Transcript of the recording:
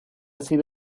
sido